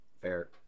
fair